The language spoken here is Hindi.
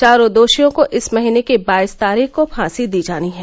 चारों दोषियों को इस महीने की बाईस तारीख को फांसी दी जानी है